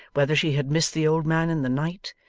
whether she had missed the old man in the night,